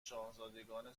شاهزادگان